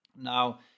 Now